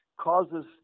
causes